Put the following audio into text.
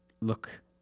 look